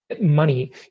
money